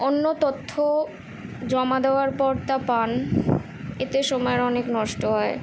অন্য তথ্য জমা দেওয়ার পর তা পান এতে সময়ের অনেক নষ্ট হয়